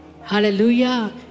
Hallelujah